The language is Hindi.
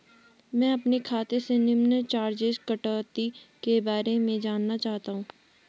मैं अपने खाते से निम्न चार्जिज़ कटौती के बारे में जानना चाहता हूँ?